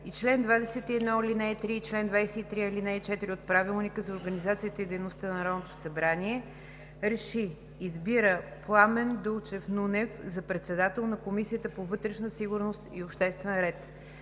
и чл. 21, ал. 3 и чл. 23, ал. 4 от Правилника за организацията и дейността на Народното събрание РЕШИ: 1. Избира Пламен Дулчев Нунев за председател на Комисията по вътрешна сигурност и обществен ред.